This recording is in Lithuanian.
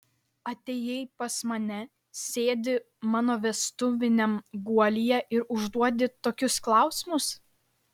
atėjai pas mane sėdi mano vestuviniam guolyje ir užduodi tokius klausimus